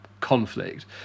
conflict